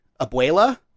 abuela